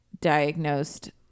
diagnosed